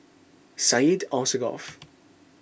Syed Alsagoff